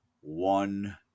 one